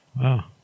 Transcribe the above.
Wow